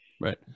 Right